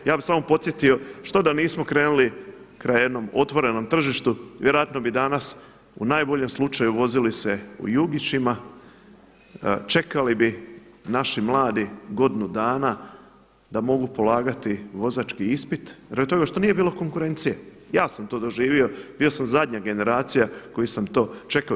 Ja bih samo podsjetio što da nismo krenuli ka jednom otvorenom tržištu, vjerojatno bi danas u najboljem slučaju vozili se u jugićima, čekali bi naši mladi godinu dana da mogu polagati vozački ispit rati toga što nije bilo konkurencije, ja sam to doživio, bio sam zadnja generacija koji sam to čekao.